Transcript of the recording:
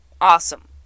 Awesome